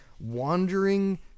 wandering